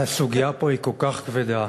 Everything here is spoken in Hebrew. הסוגיה פה היא כל כך כבדה.